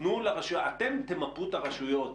אתם תמפו את הרשויות,